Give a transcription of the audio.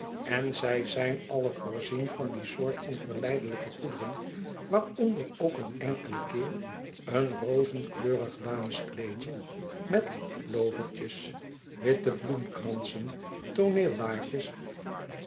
en zij zijn alle voorzien van die soort van verleidelijke goederen waaronder ook een enkelen keer een rozenkleurig dameskleedje met loovertjes witte bloemkransen